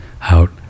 out